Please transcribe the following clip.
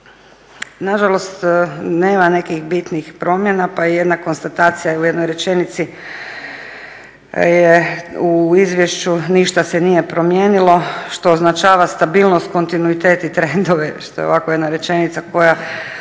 nažalost nema nekih bitnih promjena pa je jedna konstatacija u jednoj rečenici u izvješću, ništa se nije promijenilo što označava stabilnost, kontinuitet i trendove, što je ovako jedna rečenica koja